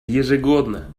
ежегодно